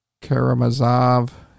Karamazov